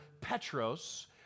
Petros